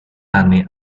anni